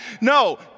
No